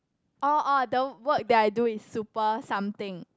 oh oh the work that I do is super something